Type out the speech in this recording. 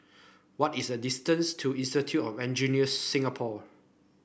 what is the distance to Institute of Engineers Singapore